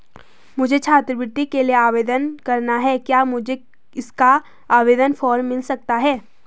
मुझे छात्रवृत्ति के लिए आवेदन करना है क्या मुझे इसका आवेदन फॉर्म मिल सकता है?